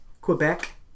Quebec